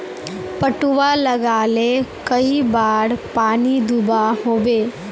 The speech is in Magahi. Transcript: पटवा लगाले कई बार पानी दुबा होबे?